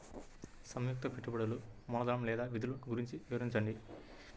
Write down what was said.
సంయుక్త పెట్టుబడులు మూలధనం లేదా నిధులు గురించి వివరించండి?